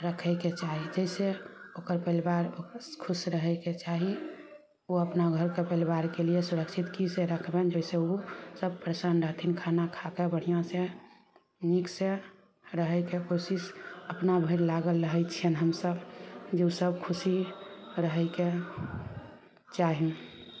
रखैके चाही जाहिसे ओकर परिवार ओकर खुश रहैके चाही ओ अपना घरके परिवारके लिए सुरक्षित की से रखबैन जइसे उ सभ प्रसन्न रहथिन खाना खाकऽ बढ़िआँ से नीक से रहै के कोशिश अपना भैर लागल रहै छियैन हमसभ जे उ सभ खुशी रहै के चाही